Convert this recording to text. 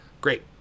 Great